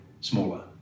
smaller